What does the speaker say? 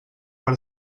per